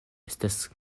estas